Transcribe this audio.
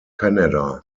canada